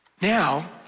Now